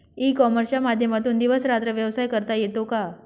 E कॉमर्सच्या माध्यमातून दिवस रात्र व्यवसाय करता येतो का?